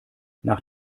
nach